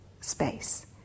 space